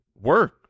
work